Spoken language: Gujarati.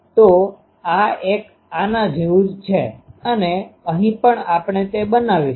તો આ એક આના જેવું જ છે અને અહીં પણ આપણે તે બનાવીશું